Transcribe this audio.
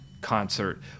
concert